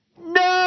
No